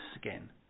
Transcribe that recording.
skin